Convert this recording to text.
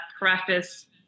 preface